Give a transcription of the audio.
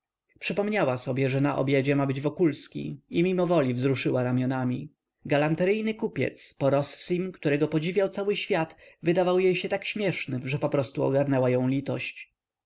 przypomniała sobie że na obiedzie ma być wokulski i mimowoli wzruszyła ramionami galanteryjny kupiec po rossim którego podziwiał cały świat wydał jej się tak śmiesznym że poprostu ogarnęła ją litość